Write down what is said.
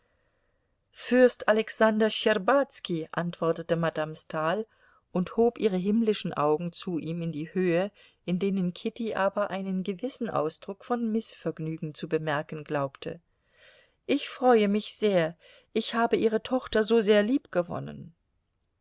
fürst alexander schtscherbazki antwortete madame stahl und hob ihre himmlischen augen zu ihm in die höhe in denen kitty aber einen gewissen ausdruck von mißvergnügen zu bemerken glaubte ich freue mich sehr ich habe ihre tochter so sehr